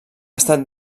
estat